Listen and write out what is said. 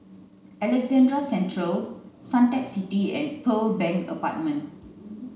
Alexandra Central Suntec City and Pearl Bank Apartment